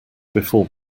before